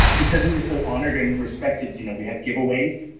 because we were so honored and respected you know we had giveaways.